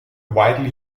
widely